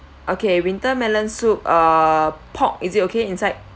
okay winter melon soup uh pork is it okay inside